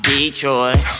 Detroit